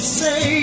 say